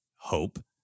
hope